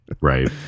Right